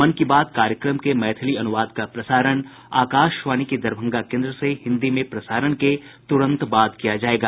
मन की बात कार्यक्रम के मैथिली अनुवाद का प्रसारण आकाशवाणी के दरभंगा केन्द्र से हिन्दी में प्रसारण के तुरंत बाद किया जायेगा